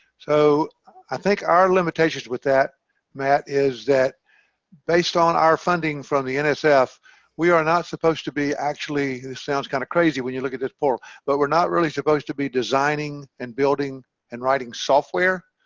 so i think our limitations with that matt is that based on our funding from the and ah nsf we are not supposed to be actually this sounds kind of crazy when you look at this poor but we're not really supposed to be designing and building and writing software